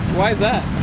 why is that?